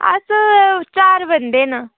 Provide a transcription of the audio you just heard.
अस चार बंदे न